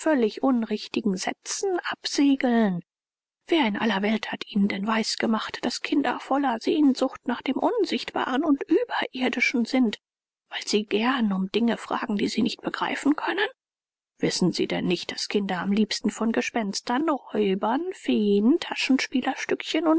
unrichtigen sätzen absegeln wer in aller welt hat ihnen denn weisgemacht daß kinder voller sehnsucht nach dem unsichtbaren und überirdischen sind weil sie gern um dinge fragen die sie nicht begreifen können wissen sie denn nicht daß kinder am liebsten von gespenstern räubern feen